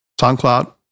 SoundCloud